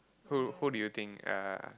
who who do you think uh